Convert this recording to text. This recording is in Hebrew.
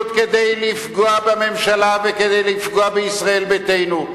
כדי לפגוע בממשלה וכדי לפגוע בישראל ביתנו.